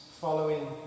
following